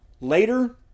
later